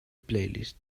playlist